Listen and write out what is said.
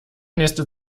nächste